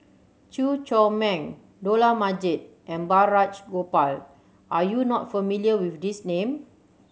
Chew Chor Meng Dollah Majid and Balraj Gopal are you not familiar with these name